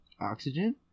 Oxygen